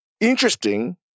interesting